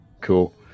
Cool